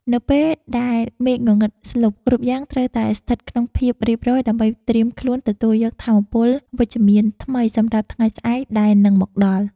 នៅពេលដែលមេឃងងឹតស្លុបគ្រប់យ៉ាងត្រូវតែស្ថិតក្នុងភាពរៀបរយដើម្បីត្រៀមខ្លួនទទួលយកថាមពលវិជ្ជមានថ្មីសម្រាប់ថ្ងៃស្អែកដែលនឹងមកដល់។